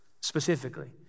specifically